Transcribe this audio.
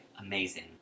amazing